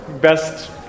best